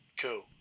cool